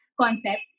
concept